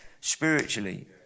spiritually